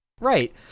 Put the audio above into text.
Right